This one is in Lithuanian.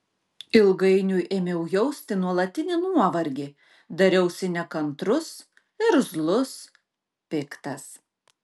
ilgainiui ėmiau jausti nuolatinį nuovargį dariausi nekantrus irzlus piktas